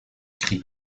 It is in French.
cri